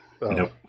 Nope